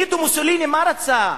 מוסוליני, מה רצה?